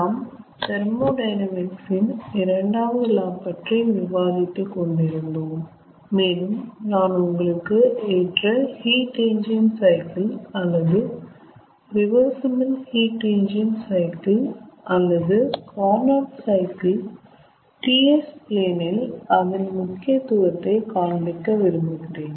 நாம் தெர்மோடையனாமிக்ஸ் இன் இரண்டாவது லா பற்றி விவாதித்து கொண்டு இருந்தோம் மேலும் நான் உங்களுக்கு ஏற்ற ஹீட் என்ஜின் சைக்கிள் அல்லது ரிவர்சிபிள் ஹீட் என்ஜின் சைக்கிள் அல்லது கார்னோட் சைக்கிள் TS பிளேன் இல் அதன் முக்கியத்துவத்தை காண்பிக்க விரும்புகிறேன்